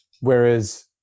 whereas